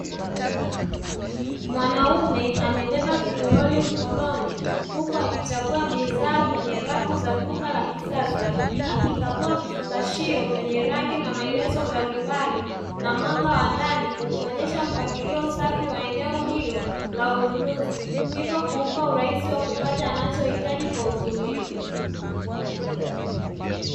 Mwanaume amebeba kitorori mkononi huku akichagua bidhaa kwenye rafu za duka la kisasa, akikagua vifungashio vyenye rangi na maelezo mbalimbali, na mwanga wa ndani ukionyesha mpangilio safi wa eneo hilo la ununuzi hivyo kumpa urahisi wa anachohitaji kwa utulivu.